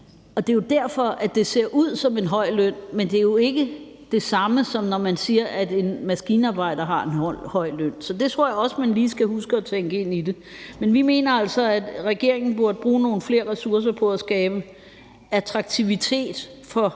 Det er derfor, det ser ud som en høj løn, men det er jo ikke det samme, som når man siger, at en maskinarbejder har en høj løn. Så det tror jeg også man lige skal huske at tænke ind i det. Men vi mener altså, at regeringen burde bruge nogle flere ressourcer på at skabe attraktivitet for